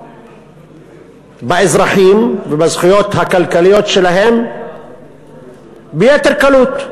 באזרחים ובזכויות הכלכליות שלהם ביתר קלות.